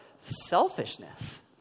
selfishness